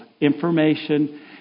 information